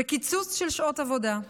וקיצוץ של שעות עבודה.